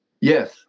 Yes